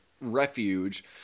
refuge